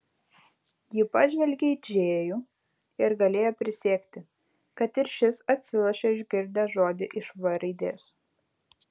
ji pažvelgė į džėjų ir galėjo prisiekti kad ir šis atsilošė išgirdęs žodį iš v raidės